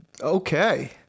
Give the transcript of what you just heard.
Okay